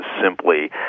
simply